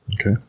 Okay